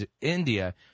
India